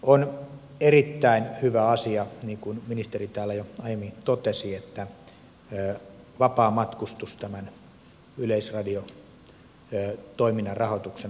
on erittäin hyvä asia niin kuin ministeri täällä jo aiemmin totesi että vapaamatkustus tämän yleisradiotoiminnan rahoituksen osalta päättyy nyt